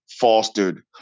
fostered